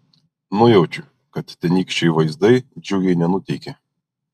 nujaučiu kad tenykščiai vaizdai džiugiai nenuteikė